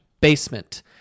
basement